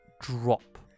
drop